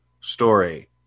story